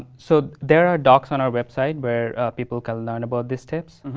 so, there are docs on our website, where people can learn about the steps.